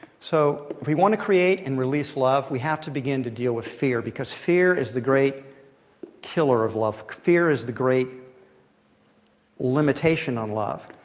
so if we want to create and release love, we have to begin to deal with fear. because fear is the great killer of love. fear is the great limitation on love.